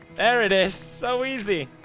there it is so easy